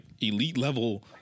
elite-level